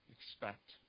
expect